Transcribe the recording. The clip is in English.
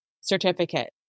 certificate